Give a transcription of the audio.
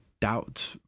doubt